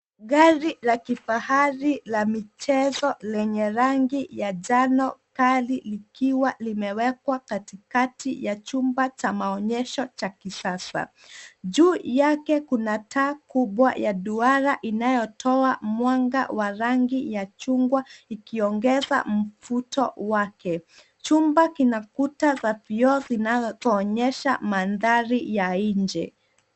Gari la kifahari la michezo lenye rangi ya njano kali likiwa limewekwa katikati ya chumba cha maonyesho cha kisasa. Juu yake kuna taa kubwa ya duara inayotoa mwanga wa rangi ya chungwa ikiongeza mvuto wake. Chumba kina kuta za vioo zinazoonyesha mandhari ya nje.